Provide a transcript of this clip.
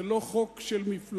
זה לא חוק של מפלגה,